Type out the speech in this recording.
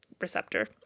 receptor